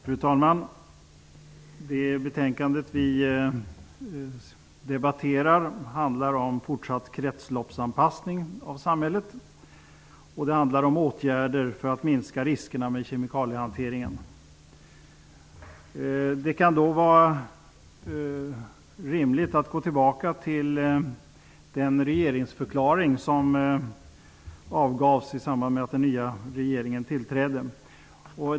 Fru talman! Det betänkande vi debatterar handlar om fortsatt kretsloppsanpassning av samhället. Det handlar om åtgärder för att minska riskerna för kemikaliehanteringen. Det kan vara rimligt att gå tillbaka till den regeringsförklaring som avgavs i samband med den nya regeringens tillträde.